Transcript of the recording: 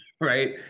right